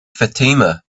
fatima